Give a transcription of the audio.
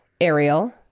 ariel